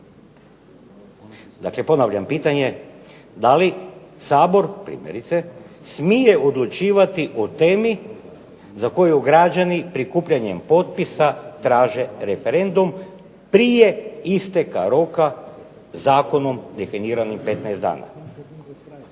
Dakle ponavljam pitanje, da li Sabor primjerice, smije odlučivati o temi za koju građani prikupljanjem potpisa traže referendum prije isteka roka zakonom definiranih 15 dana.